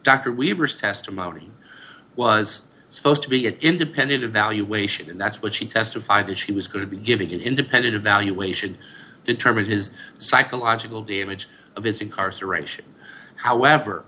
risk testimony was supposed to be an independent evaluation and that's what she testified that she was going to be giving an independent evaluation to determine his psychological damage of his incarceration however